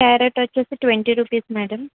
carrot వచ్చి twenty rupees madam